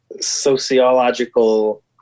Sociological